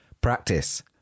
practice